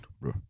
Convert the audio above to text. bro